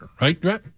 right